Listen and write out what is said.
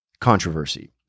controversy